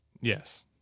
Yes